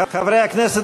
חברי הכנסת,